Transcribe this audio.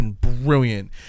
Brilliant